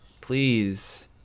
please